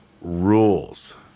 rules